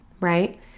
right